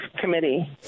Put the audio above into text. Committee